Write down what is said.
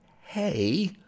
Hey